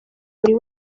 buri